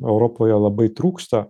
europoje labai trūksta